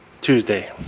Tuesday